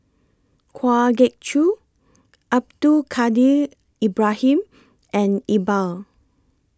Kwa Geok Choo Abdul Kadir Ibrahim and Iqbal